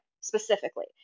specifically